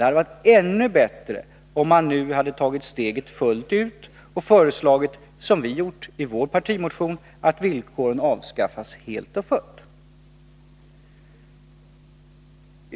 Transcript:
Det hade varit ännu bättre om man nu hade tagit steget fullt ut och föreslagit, som vi gjort i vår partimotion, att villkoren avskaffas helt och fullt.